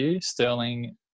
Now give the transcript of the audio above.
Sterling